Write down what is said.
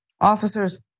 Officers